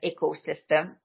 ecosystem